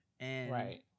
Right